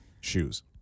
Shoes